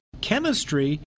chemistry